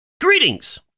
greetings